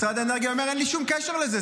משרד האנרגיה אומר: אין לי שום קשר לזה,